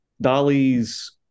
Dolly's